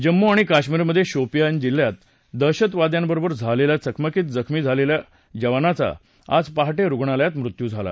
जम्मू आणि कशमीरमधे शोपिया जिल्ह्यात दहशतवाद्यांबरोबर झालेल्या चकमकीत जखमी झालेल्या जवानाचा आज पहाटे रुग्णालयात मृत्यू झाला